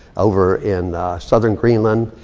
over in southern greenland,